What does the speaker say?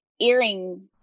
earring